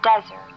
desert